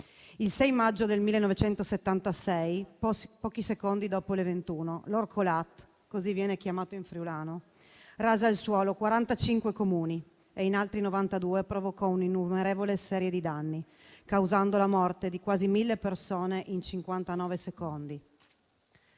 Il 6 maggio 1976, pochi secondi dopo le ore 21, l'Orcolat - così viene chiamato in friulano - rase al suolo 45 Comuni e in altri 92 provocò un'innumerevole serie di danni, causando la morte di quasi mille persone in 59 secondi,